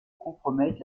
compromettre